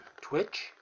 Twitch